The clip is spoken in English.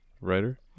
writer